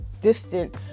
distant